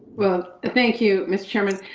well, thank you, mr. chairman.